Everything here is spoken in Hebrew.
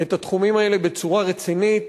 את התחומים האלה בצורה רצינית,